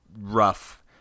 rough